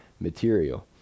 material